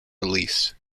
release